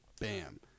bam